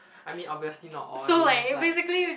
I mean obviously not all they have like